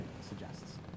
suggests